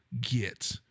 get